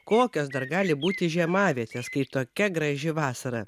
kokios dar gali būti žiemavietės kai tokia graži vasara